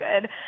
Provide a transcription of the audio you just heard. good